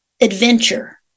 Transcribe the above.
adventure